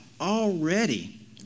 already